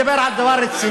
אני מדבר על דבר רציני.